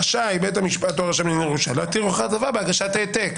רשאי בית המשפט או הרשם לענייני ירושה להתיר הוכחת הצוואה בהגשת העתק".